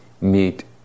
meet